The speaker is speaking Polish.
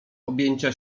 objęcia